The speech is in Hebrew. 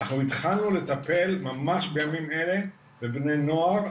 אנחנו התחלנו לטפל ממש בימים אלה בבני נוער,